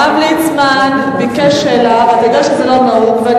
הרב ליצמן ביקש שאלה, ואתה יודע שזה לא נהוג.